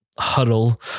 Huddle